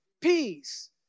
peace